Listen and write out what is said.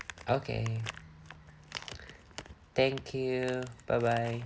okay thank you bye bye